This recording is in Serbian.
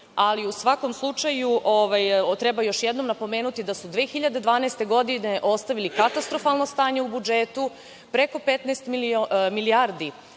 ali u svakom slučaju treba još jednom napomenuti da su 2012. godine ostavili katastrofalno stanje u budžetu, preko 15 milijardi